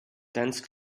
dense